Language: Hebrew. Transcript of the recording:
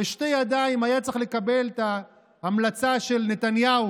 בשתי ידיים היה צריך לקבל את ההמלצה של נתניהו,